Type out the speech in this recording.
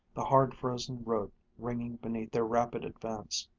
the hard-frozen road ringing beneath their rapid advance.